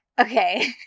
okay